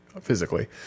physically